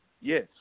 Yes